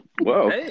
Whoa